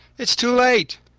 it's too late!